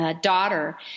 daughter